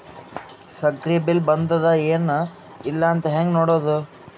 ಸಕ್ರಿ ಬಿಲ್ ಬಂದಾದ ಏನ್ ಇಲ್ಲ ಅಂತ ಹೆಂಗ್ ನೋಡುದು?